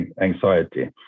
anxiety